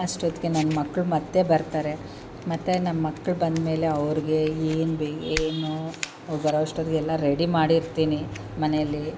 ಅಷ್ಟೊತ್ತಿಗೆ ನನ್ನ ಮಕ್ಕಳು ಮತ್ತೆ ಬರ್ತಾರೆ ಮತ್ತೆ ನಮ್ಮ ಮಕ್ಳು ಬಂದಮೇಲೆ ಅವ್ರಿಗೆ ಏನು ಬೇ ಏನು ಬರೋ ಅಷ್ಟೊತ್ತಿಗೆ ಎಲ್ಲ ರೆಡಿ ಮಾಡಿ ಇರ್ತೀನಿ ಮನೆಯಲ್ಲಿ